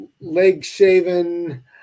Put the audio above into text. leg-shaven